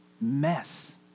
mess